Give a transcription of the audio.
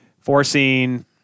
forcing